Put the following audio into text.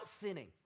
sinning